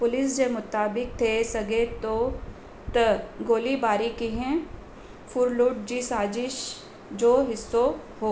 police जे मुताबिक़ थी सघे थो त गोली बारी कंहिं फुर लुट जी साज़िशु जो हिसो हो